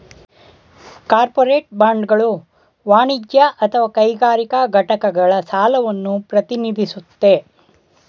corporate ಬಾಂಡ್ಗಳು ವಾಣಿಜ್ಯ ಅಥವಾ ಕೈಗಾರಿಕಾ ಘಟಕಗಳ ಸಾಲವನ್ನ ಪ್ರತಿನಿಧಿಸುತ್ತೆ